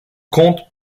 conte